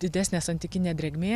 didesnė santykinė drėgmė